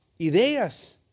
ideas